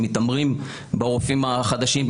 שמתעמרים ברופאים החדשים,